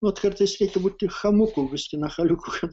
vat kartais reikia būti chamumu biski nachaliuku kad